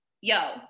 yo